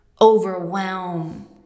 overwhelm